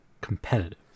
competitive